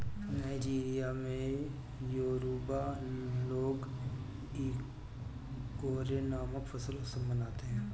Nigeria में Yoruba लोग Ikore नामक फसल उत्सव मनाते हैं